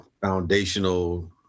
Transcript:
foundational